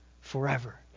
forever